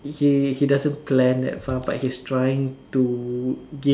he he doesn't plan that far but he's trying to